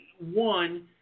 one